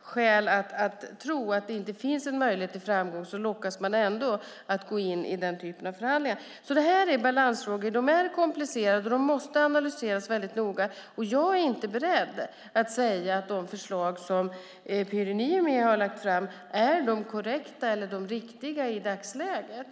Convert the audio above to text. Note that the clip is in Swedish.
skäl att tro att det inte finns möjlighet till framgång lockas att gå in i den typen av förhandlingar. Det är balansfrågor, och de är komplicerade och måste analyseras väldigt noga. Jag är inte beredd att säga att de förslag som Pyry Niemi har lagt fram är de korrekta eller riktiga i dagsläget.